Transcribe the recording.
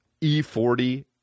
E40